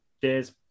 Cheers